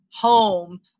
home